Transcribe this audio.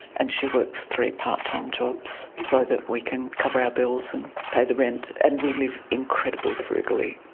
and she works three part-time jobs so that we can cover our bills and pay the rent, and we live incredibly frugally.